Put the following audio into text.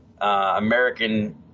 American